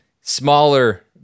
smaller